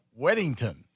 Weddington